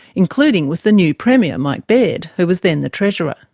including with the new premier, mike baird, who was then the treasurer.